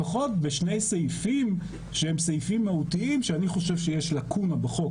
לפחות בשני סעיפים שהם סעיפים מהותיים שאני חושב שיש לאקונה בחוק.